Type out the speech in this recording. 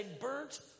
burnt